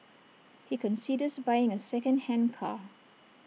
he considers buying A secondhand car